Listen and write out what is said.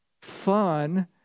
fun